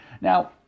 Now